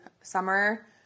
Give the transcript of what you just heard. summer